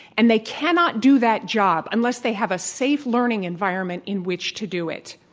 and they cannot do that job unless they have a safe learning environment in which to do it.